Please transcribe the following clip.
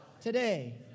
today